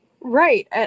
Right